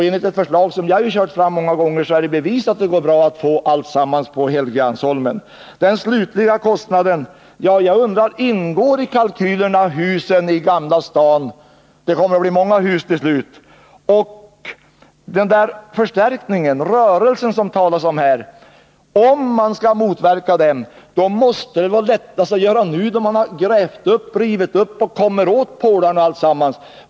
Enligt det förslag som jag har kört fram många gånger är det bevisat att det går bra att få alla erforderliga lokaler förlagda till Helgeandsholmen. Så till den slutliga kostnaden. Ingår husen i Gamla stan i kalkylerna? Det kommer att bli många hus till slut. Förstärkningen för att motverka rörelsen, som det talas om här, måste väl vara lättast att göra nu, när man har rivit upp och kommer åt pålarna och hela grunden.